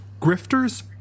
Grifters